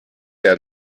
der